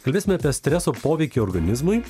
kalbėsime apie streso poveikį organizmui